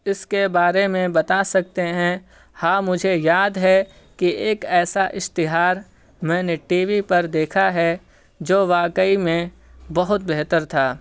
اس کے بارے میں بتا سکتے ہیں ہاں مجھے یاد ہے کہ ایک ایسا اشتہار میں نے ٹی وی پر دیکھا ہے جو واقعی میں بہت بہتر تھا